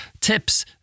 tips